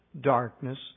darkness